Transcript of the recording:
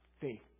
faith